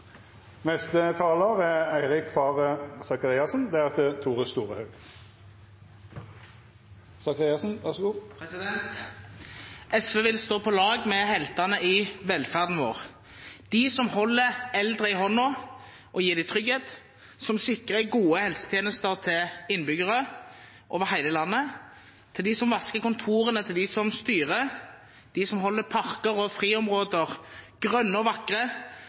SV vil stå på lag med heltene i velferden vår, de som holder eldre i hånden og gir dem trygghet, de som sikrer gode helsetjenester til innbyggere over hele landet, de som vasker kontorene til dem som styrer, de som holder parker og friområder grønne og vakre,